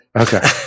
Okay